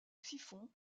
siphon